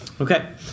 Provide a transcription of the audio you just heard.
Okay